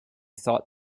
thought